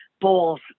balls